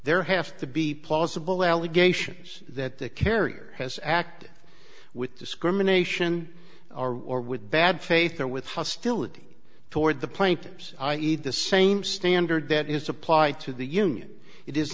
there have to be plausible allegations that the carrier has acted with discrimination or with bad faith or with hostility toward the plaintiffs i e the same standard that is applied to the union it is